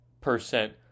percent